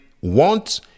want